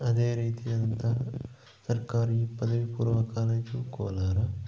ಅದೇ ರೀತಿಯಾದಂತಹ ಸರ್ಕಾರಿ ಪದವಿ ಪೂರ್ವ ಕಾಲೇಜು ಕೋಲಾರ